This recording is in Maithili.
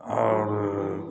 आओर